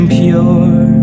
pure